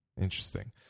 interesting